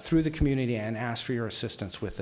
through the community and asked for your assistance with